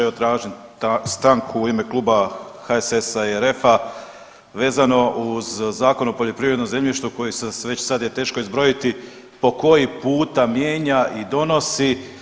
Evo tražim stanku u ime Kluba HSS-a i RF-a vezano uz Zakon o poljoprivrednom zemljištu koji se, već sad je teško izbrojiti po koji puta mijenja i donosi.